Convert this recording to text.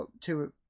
two